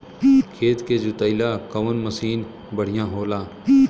खेत के जोतईला कवन मसीन बढ़ियां होला?